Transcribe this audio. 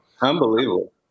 unbelievable